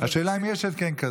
השאלה היא אם יש התקן שכזה.